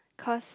cause